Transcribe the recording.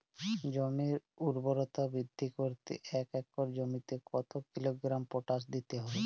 জমির ঊর্বরতা বৃদ্ধি করতে এক একর জমিতে কত কিলোগ্রাম পটাশ দিতে হবে?